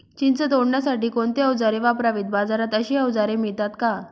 चिंच तोडण्यासाठी कोणती औजारे वापरावीत? बाजारात अशी औजारे मिळतात का?